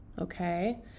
okay